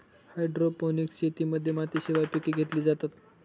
hydroponics शेतीमध्ये मातीशिवाय पिके घेतली जातात